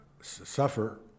suffer